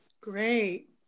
Great